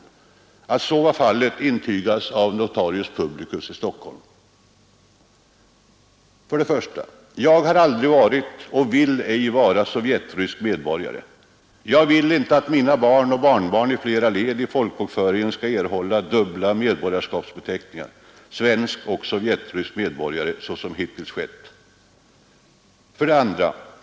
Att så var fallet intygades av notarius publicus i Stockholm. ”Jag har aldrig varit och vill ej vara sovjetrysk medborgare. Jag vill icke att mina barn och barnbarn i flera led i folkbokföringen skall erhålla dubbel medborgarskapsbeteckning — svensk och sovjetrysk medborgare — såsom hittills skett.